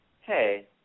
hey